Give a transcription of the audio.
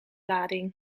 lading